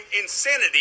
insanity